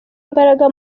imbaraga